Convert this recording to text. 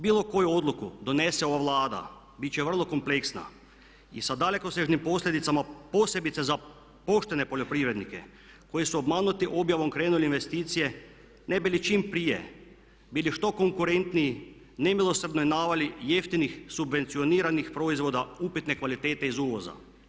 Bilo koju odluku donese ova Vlada bit će vrlo kompleksna i sa dalekosežnim posljedicama posebice za poštene poljoprivrednike koji su obmanuti objavom krenuli u investicije ne bi li čim prije bili što konkurentniji nemilosrdnoj navali jeftinih subvencioniranih proizvoda upitne kvalitete iz uvoza?